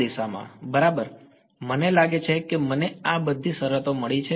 દિશામાં બરાબર મને લાગે છે કે મને આ બધી શરતો મળી છે